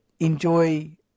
Enjoy